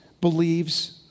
believes